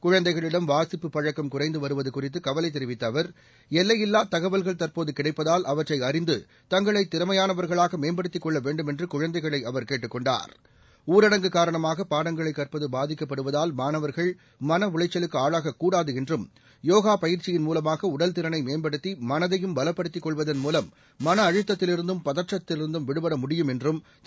குழந்தைகளிடம் வாசிப்புப் பழக்கம் குறைந்து வருவது குறித்து கவலை தெரிவித்த அவர் எல்லையில்லா தகவல்கள் தற்போது கிடைப்பதால் அவற்றை அழிந்து தங்களை திறமையானவர்களாக மேம்படுத்திக் கொள்ள வேண்டும் என்று குழந்தைகளை அவர் கேட்டுக் கொண்டார் ஊரடங்கு காரணமாக பாடங்களை கற்பது பாதிக்கப்படுவதால் மாணவர்கள் மனஉளைச்சலுக்கு ஆளாகக் கூடாது என்றும் யோகா பயிற்சியின் மூலமாக உடல்திறனை மேம்படுத்தி மனதையும் பலப்படுத்திக் கொள்வதன் மூலம் மன அழுத்தத்திலிருந்தும் பதற்றத்திலிருந்தும் விடுபட முடியும் என்றும் திரு